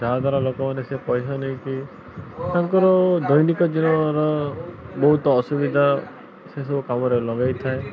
ଯାହାଦ୍ୱାରା ଲୋକମାନେ ସେ ପଇସା ନେଇକି ତାଙ୍କର ଦୈନିକ ଜୀବନର ବହୁତ ଅସୁବିଧା ସେସବୁ କାମରେ ଲଗେଇଥାଏ